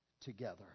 together